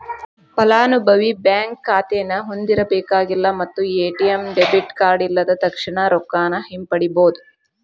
ಫಲಾನುಭವಿ ಬ್ಯಾಂಕ್ ಖಾತೆನ ಹೊಂದಿರಬೇಕಾಗಿಲ್ಲ ಮತ್ತ ಎ.ಟಿ.ಎಂ ಡೆಬಿಟ್ ಕಾರ್ಡ್ ಇಲ್ಲದ ತಕ್ಷಣಾ ರೊಕ್ಕಾನ ಹಿಂಪಡಿಬೋದ್